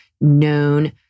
known